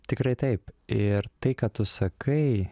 tikrai taip ir tai ką tu sakai